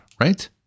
Right